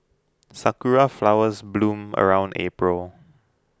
sakura flowers bloom around April